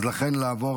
לכן נעבור